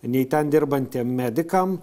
nei ten dirbantiem medikam